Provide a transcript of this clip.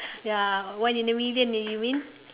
ya one in a million did you mean